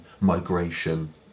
migration